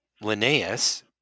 Linnaeus